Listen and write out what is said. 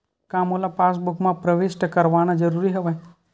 का मोला पासबुक म प्रविष्ट करवाना ज़रूरी हवय?